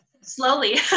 slowly